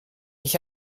ich